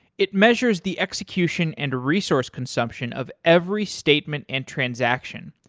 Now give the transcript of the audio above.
it measures the execution and resource consumption of every statement and transaction,